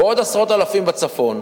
ועוד עשרות אלפים בצפון,